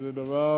זה דבר